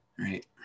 Right